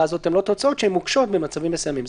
הזאת הן לא תוצאות שהן מוקשות במצבים מסוימים.